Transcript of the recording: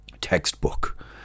textbook